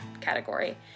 category